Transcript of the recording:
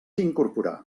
incorporar